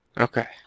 Okay